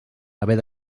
haver